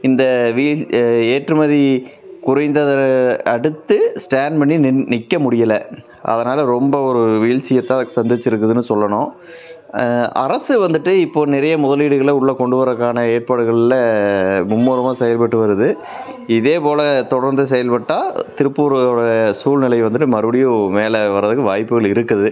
இந்த வி ஏற்றுமதி குறைந்ததை அடுத்து ஸ்டாண்ட் பண்ணி நின் நிற்க முடியல அதனால் ரொம்ப ஒரு வீழ்ச்சிய தான் சந்தித்திருக்குதுனு சொல்லணும் அரசு வந்துவிட்டு இப்போது நிறைய முதலீடுகள உள்ள கொண்டு வர்றதுக்கான ஏற்பாடுகளில் மும்முரமாக செயல்பட்டு வருது இதே போல் தொடர்ந்து செயல்பட்டால் திருப்பூரோடய சூழ்நெலய வந்துவிட்டு மறுபடியும் மேலே வர்றதுக்கு வாய்ப்புகள் இருக்குது